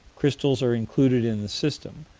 crystals are included in the system.